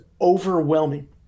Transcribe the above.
overwhelming